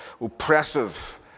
oppressive